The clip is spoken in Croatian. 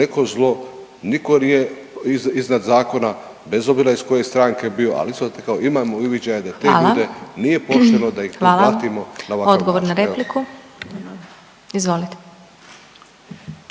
neko zlo niko nije iznad zakona bez obzira iz koje stranke bio, ali … imamo uviđaja da te ljude …/Upadica Glasovac: